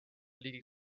ligi